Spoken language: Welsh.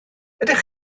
ydych